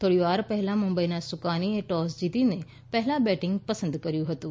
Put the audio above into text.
થોડીવાર પહેલાં મુંબઇના સુકાનીએ ટોસ જીતીને પહેલાં બેટીંગ પસંદ કર્યું હતું